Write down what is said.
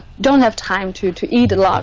don't have time to to eat a